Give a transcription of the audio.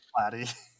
Platty